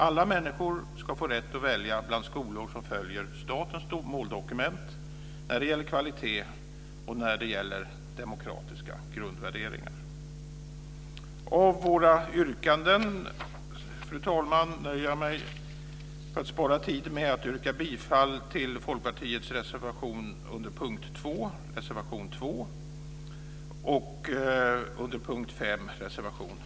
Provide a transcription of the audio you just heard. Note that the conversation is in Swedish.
Alla människor ska få rätt att välja bland skolor som följer statens måldokument när det gäller kvalitet och när det gäller demokratiska grundvärderingar. För att spara tid, fru talman, nöjer jag mig med att yrka bifall till Folkpartiets reservation 2 under mom. 2 och reservation 5 under mom. 5.